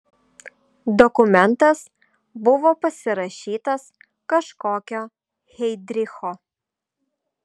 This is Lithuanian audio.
dokumentas buvo pasirašytas kažkokio heidricho